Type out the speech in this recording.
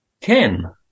Ken